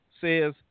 says